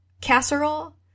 casserole